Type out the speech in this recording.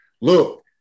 Look